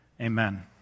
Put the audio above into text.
Amen